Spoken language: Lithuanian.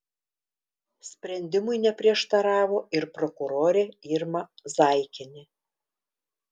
sprendimui neprieštaravo ir prokurorė irma zaikienė